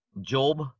Job